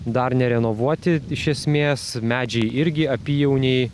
dar nerenovuoti iš esmės medžiai irgi apyjauniai